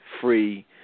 free